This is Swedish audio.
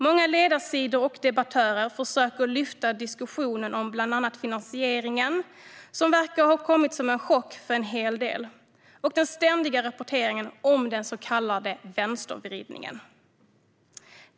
Många ledarsidor och debattörer försöker att lyfta diskussionen om bland annat finansieringen, som verkar ha kommit som en chock för en hel del, och den ständiga rapporteringen om den så kallade vänstervridningen.